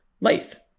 life